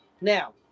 Now